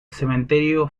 cementerio